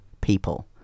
people